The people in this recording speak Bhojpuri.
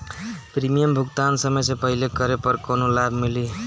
प्रीमियम भुगतान समय से पहिले करे पर कौनो लाभ मिली?